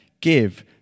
give